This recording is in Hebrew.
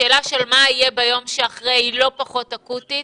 השאלה של מה יהיה ביום שאחרי היא לא פחות אקוטית